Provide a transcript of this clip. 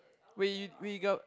we we got